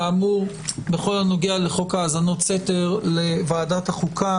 כאמור, בכל הנוגע לחוק האזנות סתר, לוועדת החוקה